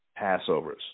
Passovers